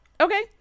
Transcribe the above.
Okay